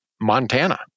montana